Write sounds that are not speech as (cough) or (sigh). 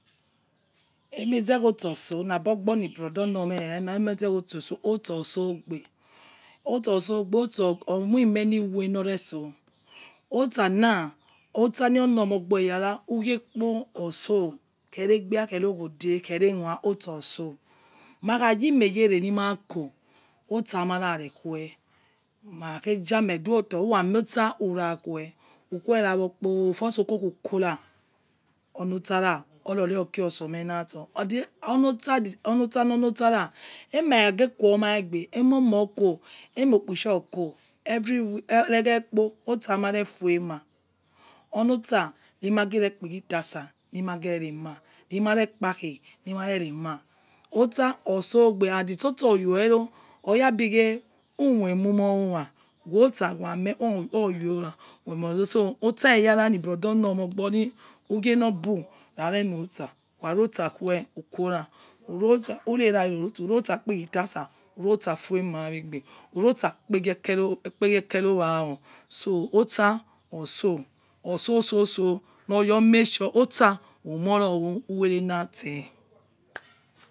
Emeze̱ kho̱tsta otso̱ nagbogbo ni̱ brother onomeh erena̱ emeze̱ khotsta otso̱ otsa̱ osogbe̱ otsa̱ o moi many way noṟ retso otsa na̱ otsa nironomeogbor eyara whoghekpo otso̱ kheregbia khero ghode otsa o̱tso makhayimeyere ṉimako otsa rimararekhew makhakhejameh duoto̱ uramiotsa̱ urakhwe ukerakpo who̱ for sokhukora onotsara o̱ronokirotsomeh na̱ tsho then onotsa nor notsara emakhgeko̱ yo̱ maigbe emao̱mo roko̱ e̱maokpitsharoko̱ (unintelligible) ereghe̱ kpo o̱tsa̱ marefuema̱ onotsa̱ rimagereḵpeghitasa̱ ni̱ magereremaẖ rimarekpa akei ni̱ marerema̱ otsa otsogbe and ṯi otsa o̱ryero̱ oyabi ge̱ u̱moimumo owa wotsa̱ wa̱ameh oyo̱wa̱ (unintelligible) so̱ otsa eyara ni brother o̱ ṉormeogobori̱ ugie̱n oubu̱ rare̱notsa ukharoṯsa que̱eẖ u̱kora urotsa̱ urerarirotsa̱ urotsakpeghe tasa̱ urotsa̱ foi̱ ema̱ yo̱ egbe̱ u̱rotsa̱ peghekerowa̱ ya̱ so̱ otsa̱ otsa̱ otso̱soso̱ oya̱ omasure̱ otsa umoroṟ u̱we̱renatse (noise)